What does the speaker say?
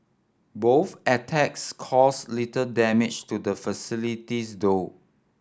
both attacks caused little damage to the facilities though